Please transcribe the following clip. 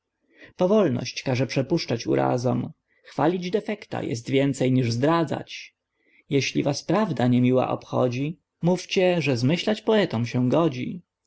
przeszkadzać powolność każe przepuszczać urazom chwalić defekta jest więcej niż zdradzać jeśli was prawda niemiła obchodzi mówcie że zmyślać poetom się godzi